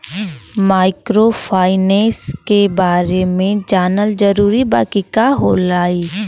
Microfinance के बारे में जानल जरूरी बा की का होला ई?